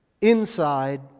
Inside